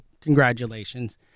congratulations